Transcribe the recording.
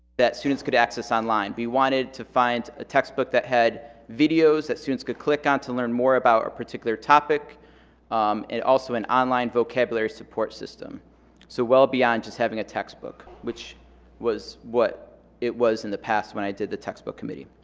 that students could access online. we wanted to find a textbook that had videos that students could click on to learn more about a particular topic um and also an online vocabulary support system so well beyond just having a textbook which was what it was in the past when i did the textbook committee.